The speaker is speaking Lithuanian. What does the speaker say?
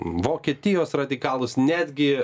vokietijos radikalus netgi